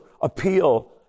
appeal